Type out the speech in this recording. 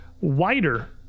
wider